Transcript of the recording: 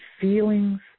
feelings